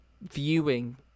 viewing